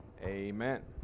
Amen